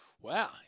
Wow